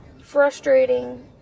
frustrating